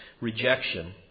rejection